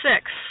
six